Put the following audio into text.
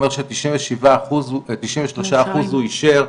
אומר ש-93 אחוזים הוא אישר,